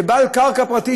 כבעל קרקע פרטית,